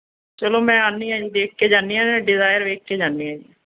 ਚੱਲੋ ਮੈਂ ਆਉਂਦੀ ਹਾਂ ਜੀ ਦੇਖ ਕੇ ਜਾਂਦੀ ਹਾਂ ਡਿਜ਼ਾਇਰ ਵੇਖ ਕੇ ਜਾਂਦੀ ਹੈ